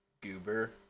goober